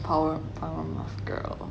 power puff girl